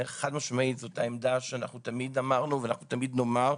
חד משמעית זאת העמדה שאנחנו תמיד אמרנו ואנחנו תמיד נאמר,